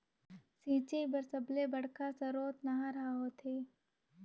सिंचई बर सबले बड़का सरोत नहर ह होथे